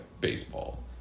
baseball